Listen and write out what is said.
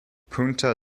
punta